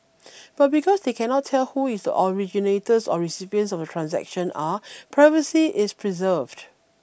but because they cannot tell who is originators or recipients of the transaction are privacy is preserved